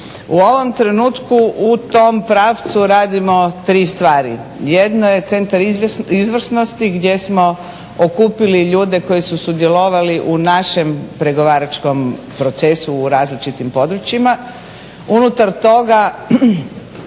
U ovom trenutku u tom pravcu radimo 3 stvari. Jedan je Centar izvrsnosti gdje smo okupili ljude koji su sudjelovali u našem pregovaračkom procesu u različitim područjima.